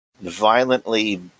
violently